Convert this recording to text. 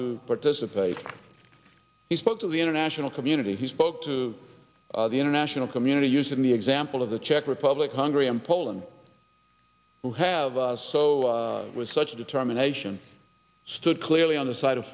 to participate he spoke to the international community he spoke to the international community using the example of the czech republic hungary in poland to have us so with such a determination stood clearly on the side of